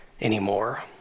anymore